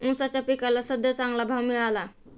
ऊसाच्या पिकाला सद्ध्या चांगला भाव मिळाला